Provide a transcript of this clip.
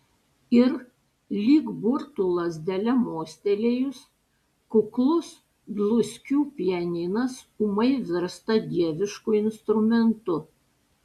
ir lyg burtų lazdele mostelėjus kuklus dluskių pianinas ūmai virsta dievišku instrumentu